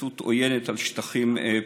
השתלטות עוינת על שטחים פתוחים.